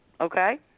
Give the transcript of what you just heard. okay